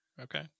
Okay